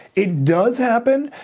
it does happen,